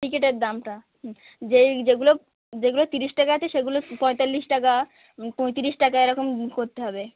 টিকিটের দামটা হুম যেই যেগুলো যেগুলো তিরিশ টাকা আছে সেগুলো পঁয়তাল্লিশ টাকা পঁয়তিরিশ টাকা এরকম করতে হবে